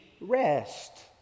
rest